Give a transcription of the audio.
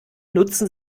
nutzen